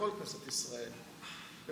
כנסת ישראל התעלתה,